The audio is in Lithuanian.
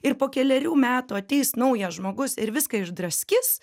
ir po kelerių metų ateis naujas žmogus ir viską išdraskys